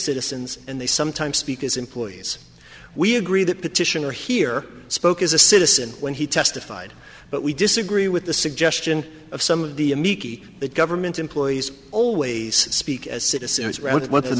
citizens and they sometimes speak as employees we agree that petitioner here spoke as a citizen when he testified but we disagree with the suggestion of some of the government employees always speak as